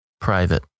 private